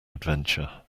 adventure